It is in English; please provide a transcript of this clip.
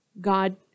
God